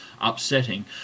upsetting